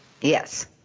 Yes